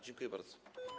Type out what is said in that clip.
Dziękuję bardzo.